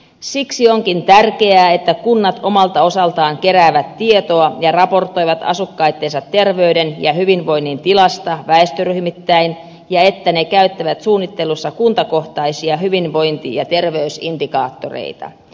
siksi onkin tärkeää että kunnat omalta osaltaan keräävät tietoa ja raportoivat asukkaittensa terveyden ja hyvinvoinnin tilasta väestöryhmittäin ja että ne käyttävät suunnittelussa kuntakohtaisia hyvinvointi ja terveysindikaattoreita